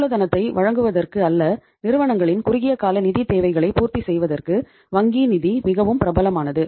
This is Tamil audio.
மூலதனத்தை வழங்குவதற்கு அல்லது நிறுவனங்களின் குறுகிய கால நிதி தேவைகளை பூர்த்தி செய்வதற்கு வங்கி நிதி மிகவும் பிரபலமானது